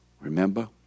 Remember